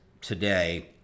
today